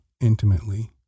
intimately